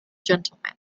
gentleman